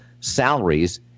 salaries